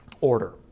order